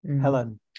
Helen